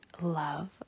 love